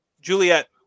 Juliet